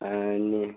ஆ இல்லை